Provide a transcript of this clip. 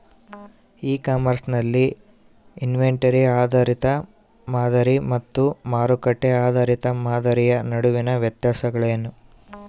E commerce ನಲ್ಲಿ inventory ಆಧಾರಿತ ಮಾದರಿ ಮತ್ತು ಮಾರುಕಟ್ಟೆ ಆಧಾರಿತ ಮಾದರಿಯ ನಡುವಿನ ವ್ಯತ್ಯಾಸಗಳೇನು?